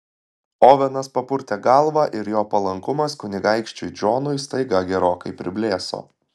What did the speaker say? ovenas papurtė galvą ir jo palankumas kunigaikščiui džonui staiga gerokai priblėso